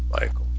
Michael